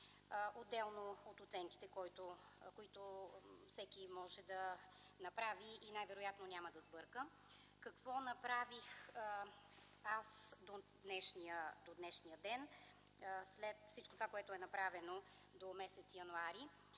отделно от оценките, които всеки може да направи и най-вероятно няма да сбърка. Какво направих аз до днешния ден, след всичко това, което е направено до м. януари?